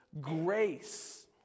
grace